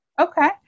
Okay